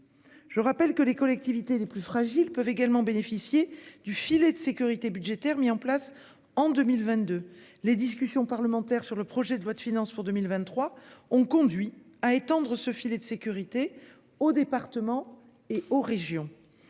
Je rappelle que les collectivités les plus fragiles peuvent également bénéficier du filet de sécurité budgétaire mis en place en 2022. Les discussions parlementaires sur le projet de loi de finances pour 2023 ont conduit à étendre ce filet de sécurité aux départements et aux régions.